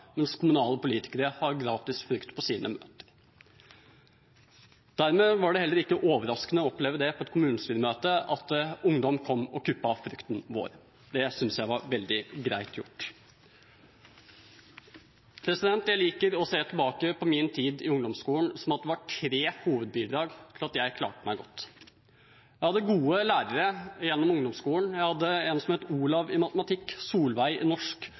mens kommunepolitikere har gratis frukt på sine møter. Dermed var det heller ikke overraskende å oppleve på et kommunestyremøte at ungdom kom og kuppet frukten vår. Det synes jeg var helt greit. Jeg liker å se tilbake på min tid i ungdomsskolen som at det var tre hovedbidrag til at jeg klarte meg godt: Jeg hadde gode lærere gjennom ungdomsskolen – jeg hadde en som het Olav i matematikk, Solveig i norsk